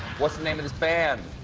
what's the name of this band?